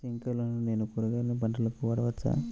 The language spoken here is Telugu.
స్ప్రింక్లర్లను నేను కూరగాయల పంటలకు వాడవచ్చా?